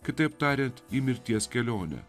kitaip tariant į mirties kelionę